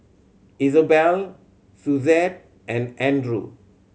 Isobel Suzette and Andrew